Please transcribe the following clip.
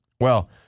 Well-